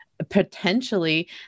potentially